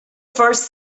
first